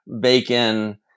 bacon